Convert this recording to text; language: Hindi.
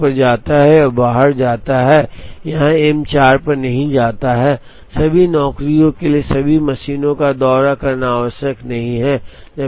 3 एम 1 पर जाता है और बाहर जाता है यह एम 4 पर नहीं जाता है सभी नौकरियों के लिए सभी मशीनों का दौरा करना आवश्यक नहीं है